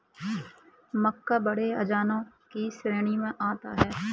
मक्का बड़े अनाजों की श्रेणी में आता है